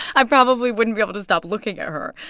i probably wouldn't be able to stop looking at her